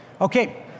Okay